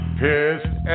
pissed